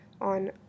on